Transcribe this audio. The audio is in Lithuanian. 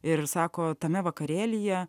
ir sako tame vakarėlyje